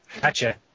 Gotcha